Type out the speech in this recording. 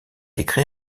écrit